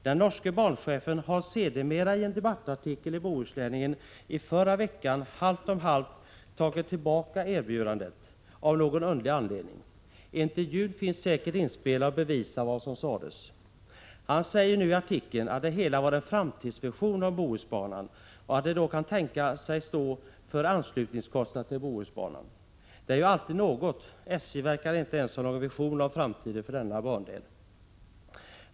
Den norske banchefen har sedermera i en debattartikel i Bohusläningen i förra veckan halvt om halvt av någon underlig anledning tagit tillbaka erbjudandet. Intervjun finns säkert inspelad och bevisar vad som sades. Han säger nu i artikeln att det hela var en framtidsvision om Bohusbanan och att de norska statsbanorna kan tänka sig att stå för anslutningskostnaden till Bohusbanan. Det är ju alltid något. SJ verkar inte ens ha någon vision om framtiden för denna bandel.